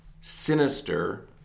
sinister